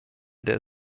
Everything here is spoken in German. der